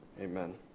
Amen